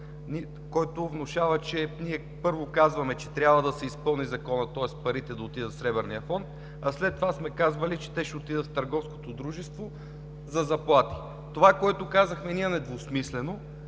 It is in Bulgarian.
който внушава, че ние първо казваме, че трябва да се изпълни законът, тоест парите да отидат в Сребърния фонд, а след това сме казвали, че те ще отидат в Търговското дружество за заплати. Това, което ние казахме недвусмислено,